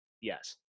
Yes